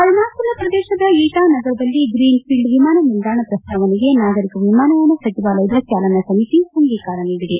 ಅರುಣಾಚಲ ಪ್ರದೇಶದ ಇಟಾ ನಗರದಲ್ಲಿ ಗ್ರೀನ್ ಫೀಲ್ಡ್ ವಿಮಾನ ನಿಲ್ದಾಣ ಪ್ರಸ್ತಾವನೆಗೆ ನಾಗರಿಕ ವಿಮಾನಯಾನ ಸಚಿವಾಲಯದ ಚಾಲನಾ ಸಮಿತಿ ಅಂಗೀಕಾರ ನೀಡಿದೆ